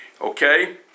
Okay